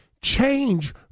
Change